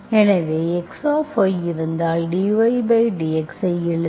எனவே x இருந்தால் dydx ஐ எழுத